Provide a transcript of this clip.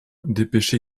dépêche